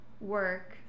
work